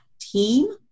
team